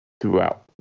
throughout